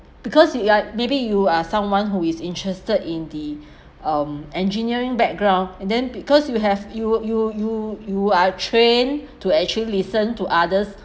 because you are maybe you are someone who is interested in the um engineering background and then because you have you you you you are trained to actually listen to other's